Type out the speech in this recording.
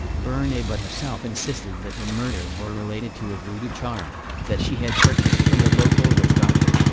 bernabet herself insisted that the murders were related to a voodoo charm that she had purchased from a local witch doctor.